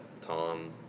Tom